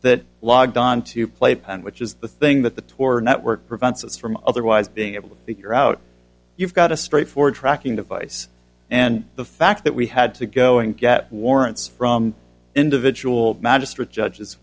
that logged on to play and which is the thing that the tor network prevents us from otherwise being able to figure out you've got a straightforward tracking device and the fact that we had to go and get warrants from individual